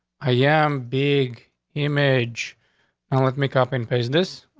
i am big image and with make up in pace this